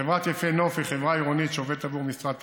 חברת יפה נוף היא חברה עירונית שעובדת עבור משרד התחבורה.